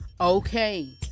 Okay